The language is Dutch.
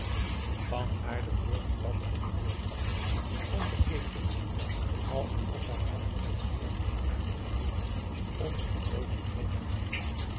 van aardenburg kwam in de voorgalerij en bekeek den bezoeker alsof hij hem voor de eerste maal in zijn leven onder de oogen kreeg